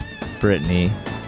Britney